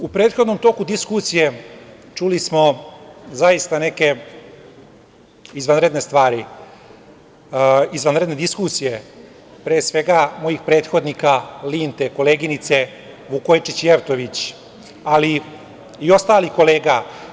U prethodnom toku diskusije čuli smo zaista neke izvanredne stvari, izvanredne diskusije, pre svega mojih prethodnika, Linte, koleginice Vukojičić Jeftović, ali i ostalih kolega.